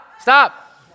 Stop